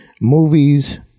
movies